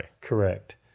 Correct